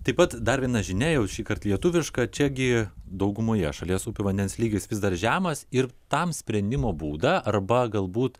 taip pat dar viena žinia jau šįkart lietuviška čia gi daugumoje šalies upių vandens lygis vis dar žemas ir tam sprendimo būdą arba galbūt